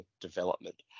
development